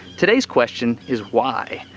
today's question is why?